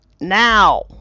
Now